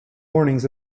warnings